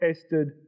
tested